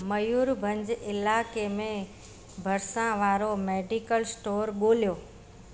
मयूरभंज इलाइक़े में भरिसां वारो मेडिकल स्टोर ॻोल्हियो